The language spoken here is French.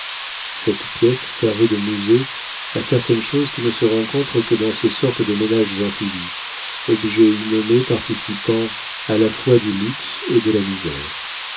cette pièce servait de musée à certaines choses qui ne se rencontrent que dans ces sortes de ménages amphibies objets innommés participant à la fois du luxe et de la misère